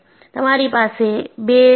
તમારી પાસે 2